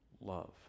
love